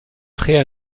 prêts